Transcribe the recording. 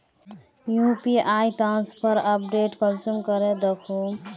UPI transfer update कुंसम करे दखुम?